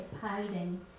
hiding